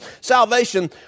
salvation